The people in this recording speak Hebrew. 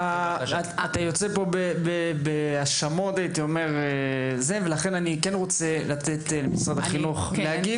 אתה יוצא כאן בהאשמות ולכן אני כן רוצה לתת למשרד החינוך להגיב.